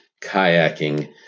kayaking